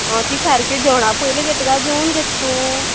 आं ती सारकी जेवणा पयलीं घेता काय जेवन घेता तूं